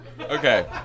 Okay